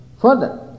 Further